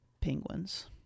Penguins